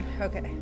Okay